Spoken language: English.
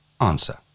Answer